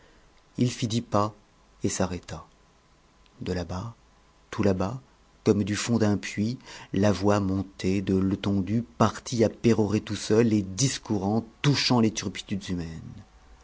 il fit dix pas et s'arrêta de là-bas tout là-bas comme du fond d'un puits la voix montait de letondu parti à pérorer tout seul et discourant touchant les turpitudes humaines